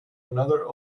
another